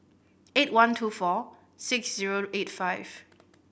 eight one two four six zero eight five